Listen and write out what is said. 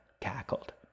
cackled